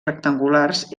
rectangulars